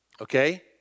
okay